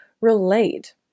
relate